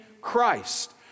Christ